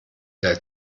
der